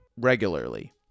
regularly